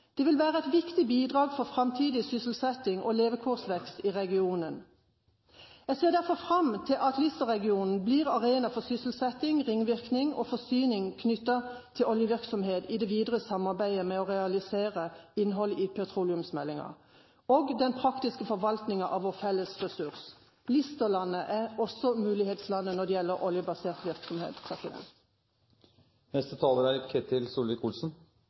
Det vil være et viktig bidrag for framtidig sysselsetting og levekårsvekst i regionen. Jeg ser derfor fram til at Lister-regionen blir arena for sysselsetting, ringvirkning og forsyning knyttet til oljevirksomhet i det videre samarbeidet med å realisere innholdet i petroleumsmeldingen og den praktiske forvaltningen av vår felles ressurs. Lister-landet er også mulighetslandet når det gjelder oljebasert virksomhet.